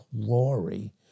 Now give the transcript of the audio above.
glory